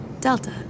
Delta